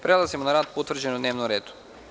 Prelazimo na rad po utvrđenom dnevnom redu.